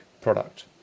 product